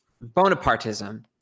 Bonapartism